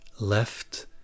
left